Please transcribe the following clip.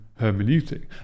hermeneutic